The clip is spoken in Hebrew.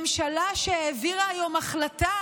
ממשלה שהעבירה היום החלטה